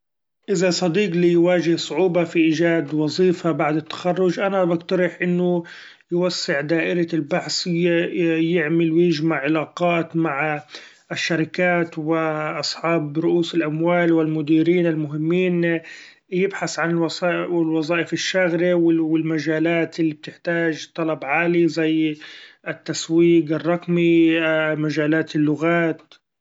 إذا صديق لي يواچه صعوبة في إيچاد وظيفة بعد التخرچ، أنا بقترح إنه يوسع دائرة البحث; ي-يعمل ويچمع علاقات مع الشركات واصحاب رؤوس الاموال والمديرين المهمين، يبحث عن الوظا-الوظائف الشاغرة والمچالات اللي بتحتاچ طلب عالي زي التسويق الرقمي مچالات اللغات.